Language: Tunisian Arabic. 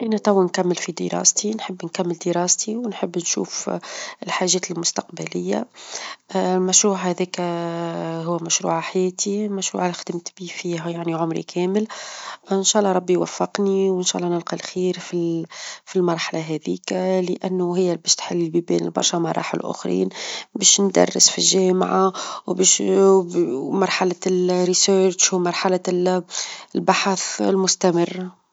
أنا توا نكمل في دراستي، نحب نكمل دراستي، ونحب نشوف الحاجات المستقبلية مشروع هذاك هو مشروع حياتي، مشروع خدمت به فيه يعني عمري كامل، وإن شاء الله ربي يوفقني وان شاء الله نلقى الخير -في- في المرحلة هاذيك لأنو هي اللي باش تحل لي بين برشا مراحل أخرين، باش ندرس في الجامعة، مرحلة البحث، ومرحلة البحث المستمرة.